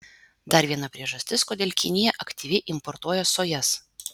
dar viena priežastis kodėl kinija aktyviai importuoja sojas